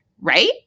right